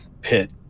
pit